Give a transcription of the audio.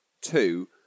Two